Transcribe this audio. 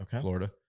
Florida